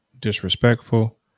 disrespectful